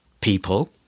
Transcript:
people